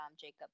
Jacob